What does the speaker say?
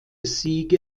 siege